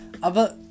aber